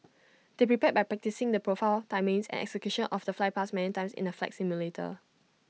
they prepared by practising the profile timings and execution of the flypast many times in the flight simulator